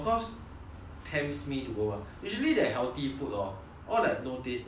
tempts me to go mah usually that healthy food hor all like no taste no taste one sia